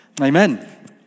Amen